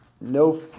no